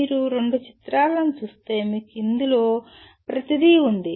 మీరు ఈ రెండు చిత్రాలను చూస్తే మీకు ఇందులో ప్రతిదీ ఉంది